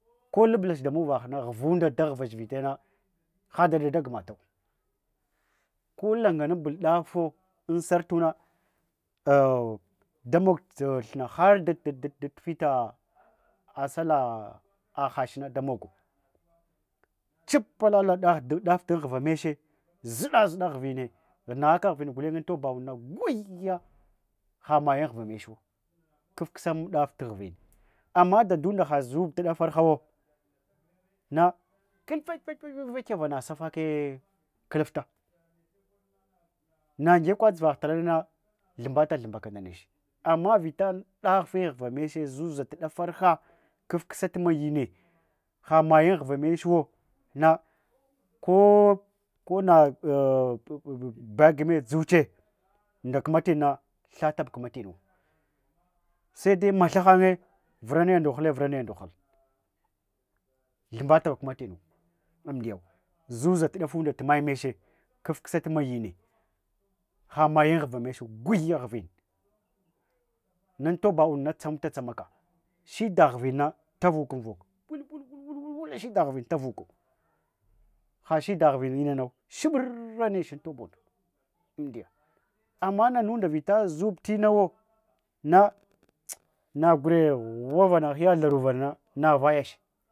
Ko lublach damovaghe ghuvunda daguuvuch vllayang hadada dagumstau kolanganupul dafo un sartuna auw damog thunna har fita sallah hashna damogo chubpa lala dafa ndunghuwa meche zuda zuda ghuuvinne nughaka ghufin guleng untoba undna goghya hamayun ghuva mechuwa kufkusa daf ghving amma dadunda zub tuda fa nighawo na kulpa’i paya ghuwa nasafake kulufta nagyakwa dzuvagh talanana thumba talhumbaka nda neche amma vita dafe unghva meche zuzatu defurmgha kufkusa tumayinne hamayi unghuva mechnwo na kokona bagime dzuche nda kumatin nah thatabu kuma tinwa sede matha hanye vura naya ndughnule vura naya ndughul ihumbatab kumatimu amdiyau zuzatu dafunde tumay meche kufkusa tumayinne hamayun ghuva meche gugha ghuving nuntoba unduma tsamupta tsamaka shide ghuwin nah tavukun vuka gul gul vul gulla shida ghuving tavuka hashida ghuving tu inan au shibura nech untoba unda amdiya amma naunda vita zubtinawo na nagura ghwa vaghana ghiya thaniva nana navayach